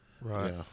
Right